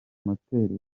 moteri